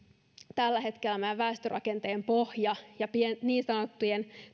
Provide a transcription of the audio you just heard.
tällä hetkellä meidän väestörakenteemme pohja niin sanottujen